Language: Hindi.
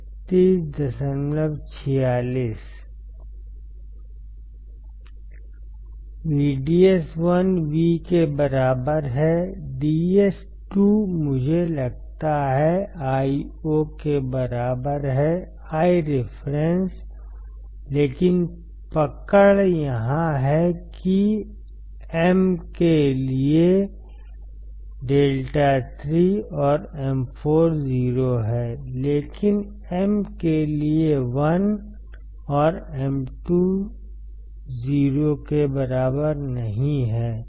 VDS1 V के बराबर है DS2 मुझे लगता है Io के बराबर है ireference लेकिन पकड़ यहाँ है कि M के लिए λ3 और M4 0 है लेकिन M के लिए 1 और M2 0 के बराबर नहीं है